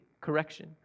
correction